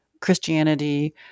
Christianity